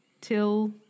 Till